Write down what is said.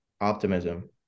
optimism